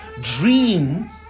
dream